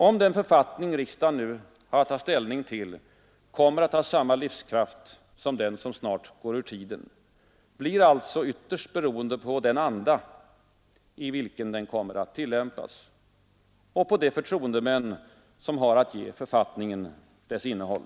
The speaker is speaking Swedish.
Om den författning som riksdagen nu har att ta ställning till kommer att ha samma livskraft som den som snart går ur tiden blir alltså ytterst beroende på den anda i vilken den kommer att tillämpas — och på de förtroendemän som har att ge författningen dess innehåll.